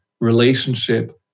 relationship